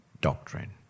doctrine